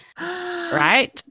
right